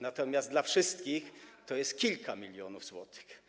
natomiast dla wszystkich to jest kilka milionów złotych.